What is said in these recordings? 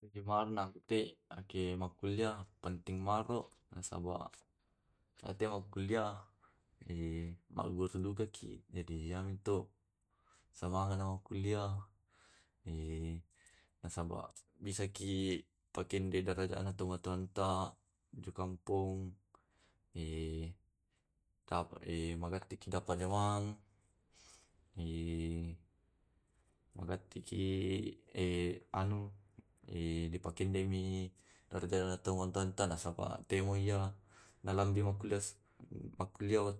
Tujumane nante ake makkullia penting mare, nasaba te makkulliah margurudukaki jadi antu semanga na makkullia. Nasaba bisaki pakende derajatnya orang tuata jo kampong, magantiki ta ma jamang, magantiki ripakeddemi tomatoanta nasaba te mo iya nalabbi makkulia.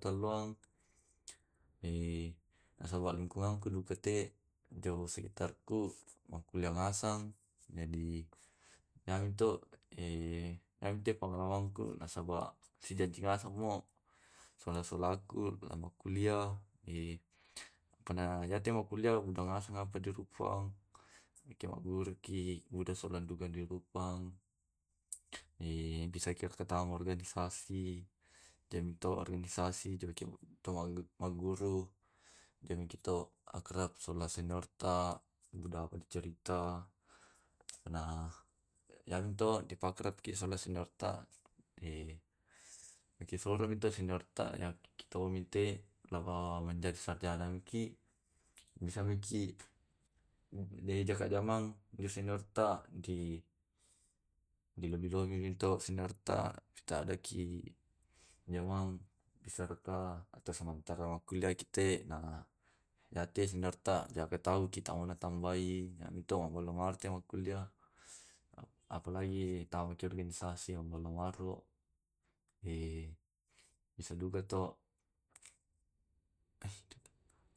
nasaba lingkungan ku duka te jo sekitarku makkullia ngasang. Jadi yamto pengalamanku nasaba sijanji ngaseng mo sola solaku lamakullia. Pana iyate makullia udangasa ma de rupang yake maguruki buda solandopa de rupang bisakimakatama organisasi, dem to organisasi te maguru. Jamikito akrab sola seniorta, buda macarita na yamto di pakrabki sola seniorta, disuruhmi tu seniorta maguru. Nako mancaji sarjana miki, bisa maki De jaka jamang diseniorta dilobi-lobini ro senorta na pantamaki di jamang bisarta atau sementara makkuliaki na yatte tauwa aketau ki natambai yamito mabalongar makekulia. Apalagi ke tamaki organisasi mabalowaro bisa duka to.